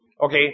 Okay